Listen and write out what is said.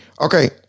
Okay